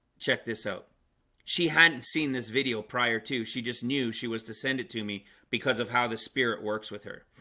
check this out she hadn't seen this video prior to she just knew she was to send it to me because of how the spirit works with her